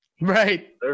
Right